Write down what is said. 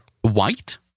White